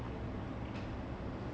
superpowers but mostly like